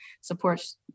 supports